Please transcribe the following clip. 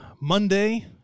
Monday